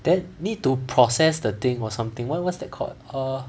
then need to process the thing or something what what's that called err